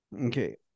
Okay